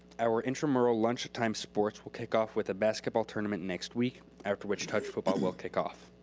our intramural lunchtime sports will kick off with a basketball tournament next week, after which touch football will kick off.